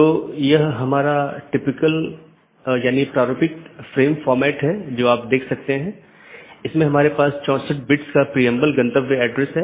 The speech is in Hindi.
तो इसका मतलब यह है कि OSPF या RIP प्रोटोकॉल जो भी हैं जो उन सूचनाओं के साथ हैं उनका उपयोग इस BGP द्वारा किया जा रहा है